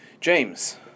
James